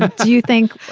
do you think